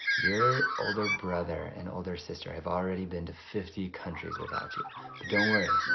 your older brother and older sister, have already been to fifty countries without you. but don't worry,